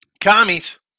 Commies